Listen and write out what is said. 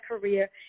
career